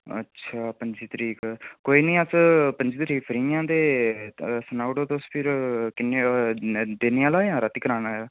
अच्छा पं'ज्जी तरीक कोई नीं अस पंज्जी फ्री आं ते सनाउड़ो तुस दिनै आह्ला ऐ जां रातीं कराना ऐ